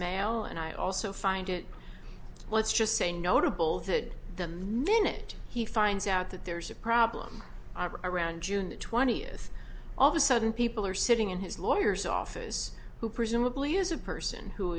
mail and i also find it let's just say notable that the minute he finds out that there's a problem around june twentieth all of a sudden people are sitting in his lawyers office who presumably is a person who